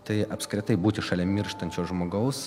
tai apskritai būti šalia mirštančio žmogaus